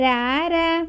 Rara